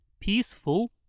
peaceful